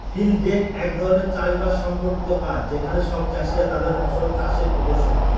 field day এক ধরনের চাষ বাস সম্পর্কিত কাজ যেখানে সব চাষীরা তাদের ফসল চাষের প্রদর্শন করে